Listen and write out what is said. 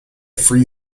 free